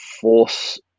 force